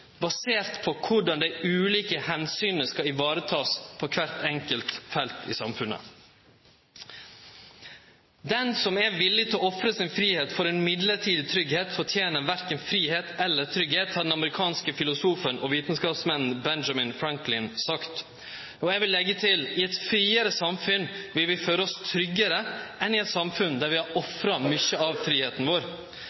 basert på korleis dei ulike omsyna skal varetakast på kvart enkelt felt i samfunnet. Den som er villig til å ofre sin fridom for ein midlertidig tryggleik, fortener korkje fridom eller tryggleik, har den amerikanske filosofen og vitskapsmannen Benjamin Franklin sagt. Eg vil leggje til: I eit friare samfunn vil vi føle oss tryggare enn i eit samfunn der vi har